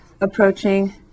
approaching